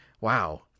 Wow